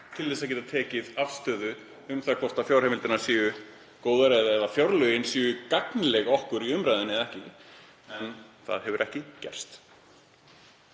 til að geta tekið afstöðu um það hvort fjárheimildirnar séu góðar eða fjárlögin séu gagnleg okkur í umræðunni eða ekki. Það hefur ekki gerst.